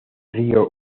río